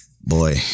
Boy